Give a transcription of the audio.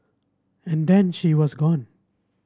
and then she was gone